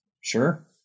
Sure